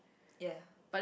ya